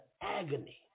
agony